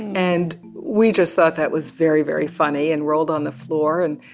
and we just thought that was very, very funny and rolled on the floor. and